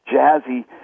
jazzy